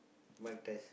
mic test